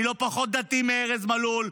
אני לא פחות דתי מארז מלול,